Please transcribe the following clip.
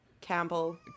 Campbell